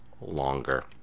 longer